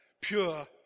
Pure